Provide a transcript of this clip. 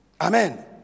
Amen